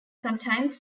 sometimes